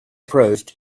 approached